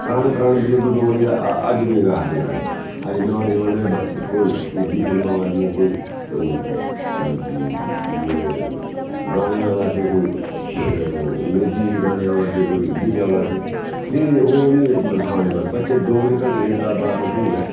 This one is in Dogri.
पराने पराने बजुर्ग डोगरी दे अज्ज बी गा'रदे गाने अज्ज नमें जमाने कोई हिंदी फिल्मां आवां दियां कोई गाने आवा दे कोई अंग्रेजी च गाने आवा दे कोई हिंदी च आवा दे नेईं ओह् नी सखाने बच्चे डोगरी कल्चर जेह्का बड़ा मश्हूर ऐ